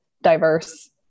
diverse